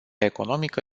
economică